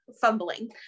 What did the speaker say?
fumbling